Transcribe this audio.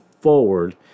forward